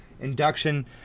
induction